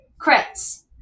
Kretz